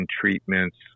treatments